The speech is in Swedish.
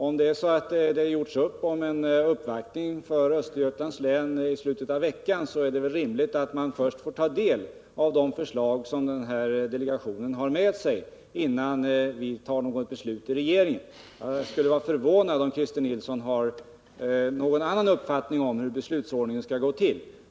Om det har gjorts upp om en uppvaktning för Östergötlands län i slutet av veckan är det väl rimligt att vi först får ta del av de förslag som delegationen har med sig innan vi tar något beslut i regeringen. Jag skulle vara förvånad om Christer Nilsson har någon annan uppfattning om hur beslutsordningen skall gå till.